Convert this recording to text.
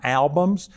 albums